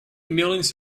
millions